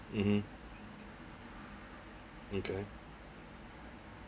mmhmm okay